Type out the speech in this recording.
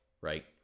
right